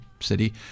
city